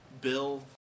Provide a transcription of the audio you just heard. bill